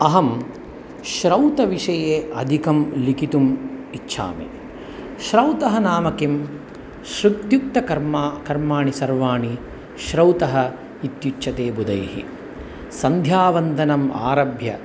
अहं श्रौतविषये अधिकं लिखितुम् इच्छामि श्रौतः नाम किं शृत्युक्तकर्म कर्माणि सर्वाणि श्रौतः इत्युच्यते बुधैः सन्ध्यावन्दनम् आरभ्य